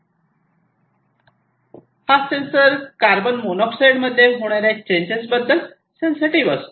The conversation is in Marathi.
हा सेंसर कार्बन मोनॉक्साईड मध्ये होणारे चेंजेस बद्दल सेन्सिटिव्ह असतो